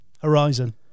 Horizon